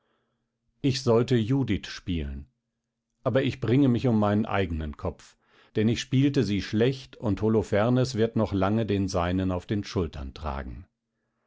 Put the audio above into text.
ich sollte judith spielen aber ich bringe mich um meinen eigenen kopf denn ich spielte sie schlecht und holofernes wird noch lange den seinen auf den schultern tragen